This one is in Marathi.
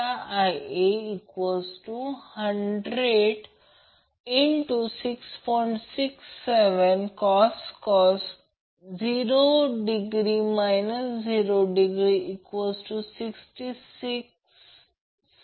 तर cos 90 o wattmeter reading VL IL sin असेल परंतु reactive power √3VL IL sin आहे मग रीडिंग मिळवण्यासाठी या रीडिंगला √3 ने गुणाकार करावे लागेल